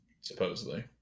supposedly